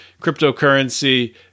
cryptocurrency